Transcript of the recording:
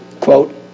quote